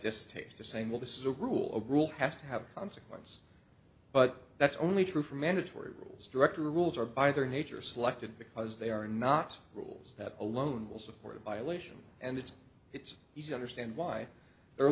distaste the same will this is the rule of rule has to have consequence but that's only true for mandatory rules director rules are by their nature selected because they are not rules that alone will support a violation and it's it's easy understand why there are